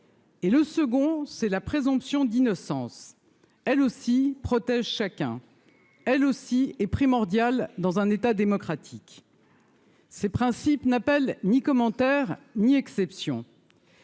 Et le second, c'est la présomption d'innocence elle aussi protège chacun elle aussi est primordial dans un état démocratique. Ces principes n'appelle ni commentaire ni exception.